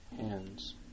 Hands